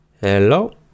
Hello